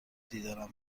دیدارم